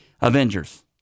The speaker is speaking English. Avengers